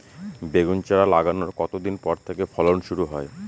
বেগুন চারা লাগানোর কতদিন পর থেকে ফলন শুরু হয়?